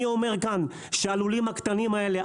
אני אומר כאן שהלולים הקטנים האלה,